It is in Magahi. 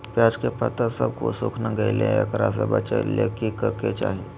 प्याज के पत्ता सब सुखना गेलै हैं, एकरा से बचाबे ले की करेके चाही?